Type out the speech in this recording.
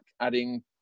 adding